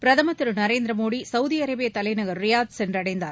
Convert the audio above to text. பிரதமர் திரு நரேந்திர மோடி சவுதி அரேபிய தலைநகர் ரியாத் சென்றடைந்தார்